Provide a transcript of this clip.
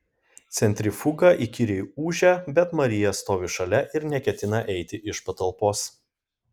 centrifuga įkyriai ūžia bet marija stovi šalia ir neketina eiti iš patalpos